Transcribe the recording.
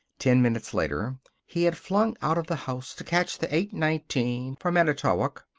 ten minutes later he had flung out of the house to catch the eight nineteen for manitowoc.